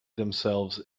themselves